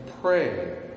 pray